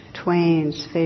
Twain's